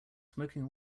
smoking